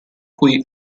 cui